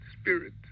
spirit